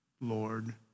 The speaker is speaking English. Lord